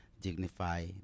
dignify